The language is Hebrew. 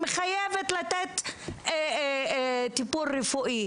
שמחייבות לתת טיפול רפואי.